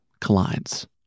collides